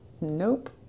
Nope